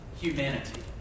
humanity